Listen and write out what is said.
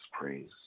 praise